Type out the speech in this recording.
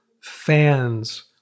fans